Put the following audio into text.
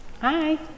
Hi